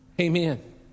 Amen